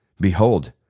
Behold